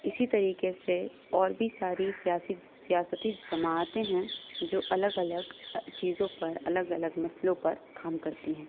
اسی طریقے سے اور بھی ساری سیاسی سیاستی جماعتیں ہیں جو الگ الگ چیزوں پر الگ الگ مسئلوں پر کام کرتی ہیں